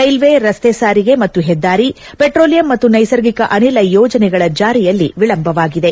railway ರಸ್ತೆ ಸಾರಿಗೆ ಮತ್ತು ಹೆದ್ದಾರಿ ಪೆಟ್ರೋಲಿಯಂ ಮತ್ತು ನೈಸರ್ಗಿಕ ಅನಿಲ ಯೋಜನೆಗಳ ಜಾರಿಯಲ್ಲಿ ವಿಳಂಬವಾಗಿದೆ